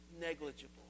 negligible